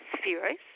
spheres